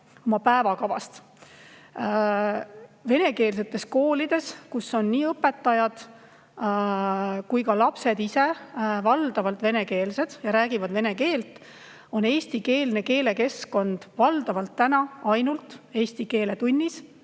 oma päevakavast. Venekeelsetes koolides, kus on nii õpetajad kui ka lapsed valdavalt venekeelsed ja räägivad vene keeles, on eestikeelne keelekeskkond valdavalt ainult eesti keele tunnis,